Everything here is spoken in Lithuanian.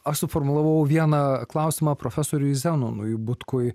aš suformulavau vieną klausimą profesoriui zenonui butkui